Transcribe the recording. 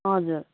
हजुर